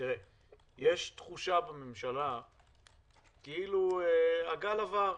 יש תחושה בממשלה כאילו הגל עבר.